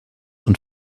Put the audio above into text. und